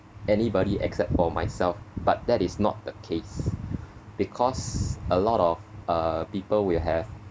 anybody except for myself but that is not the case because a lot of uh people will have